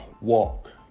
walk